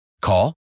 Call